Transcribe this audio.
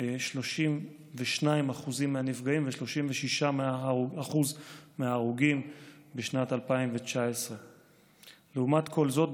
32% מהנפגעים ו-36% מההרוגים בשנת 2019. לעומת כל זאת,